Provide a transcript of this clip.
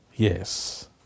Yes